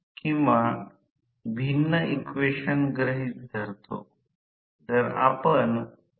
परंतु हे फिरणारे चुंबकीय प्रवाह आहे कारण स्टेटर विंडिंगला 3 फेज पुरवठा करीत आहे